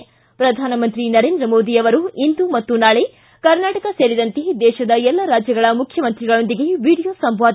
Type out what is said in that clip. ್ತ ಪ್ರಧಾನಮಂತ್ರಿ ನರೇಂದ್ರ ಮೋದಿ ಅವರು ಇಂದು ಮತ್ತು ನಾಳೆ ಕರ್ನಾಟಕ ಸೇರಿದಂತೆ ದೇಶದ ಎಲ್ಲ ರಾಜ್ಯಗಳ ಮುಖ್ಯಮಂತ್ರಿಗಳೊಂದಿಗೆ ವಿಡಿಯೋ ಸಂವಾದ